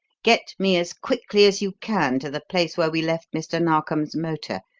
get me as quickly as you can to the place where we left mr. narkom's motor.